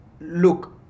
Look